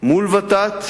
מול ות"ת